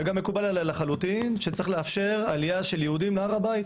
מקובל עליי לחלוטין שצריך לאפשר עלייה של יהודים להר הבית,